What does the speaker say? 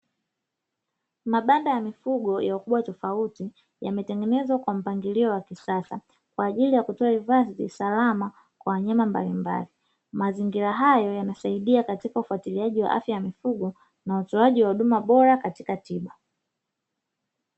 Mabanda ya mifugo ya ukubwa tofauti yametengenezwa kwa mpangilio wa kisasa kwaajili ya kutoa hifadhi salama kwa wanyama mbalimbali, mazingira hayo yamesaidia katika ufuatiliaji wa afya ya mifugo na utoaji wa huduma bora katika tiba.